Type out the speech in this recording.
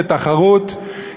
לתחרות,